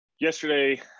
yesterday